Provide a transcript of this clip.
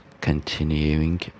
continuing